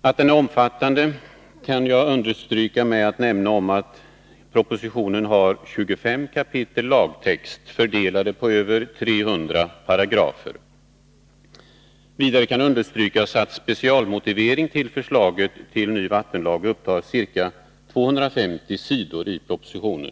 Att propositionen är omfattande kan jag understryka genom att nämna att den har 25 kapitel lagtext, fördelade på över 300 paragrafer. Vidare kan understrykas att specialmotiveringen till förslaget till ny vattenlag upptar ca 250 sidor i propositionen.